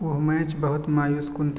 وہ میچ بہت مایوس کن